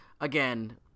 Again